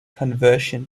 conversion